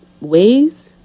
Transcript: ways